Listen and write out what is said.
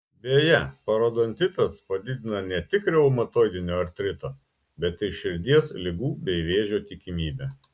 beje parodontitas padidina ne tik reumatoidinio artrito bet ir širdies ligų bei vėžio tikimybę